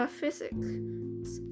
Physics